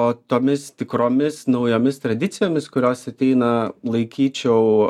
o tomis tikromis naujomis tradicijomis kurios ateina laikyčiau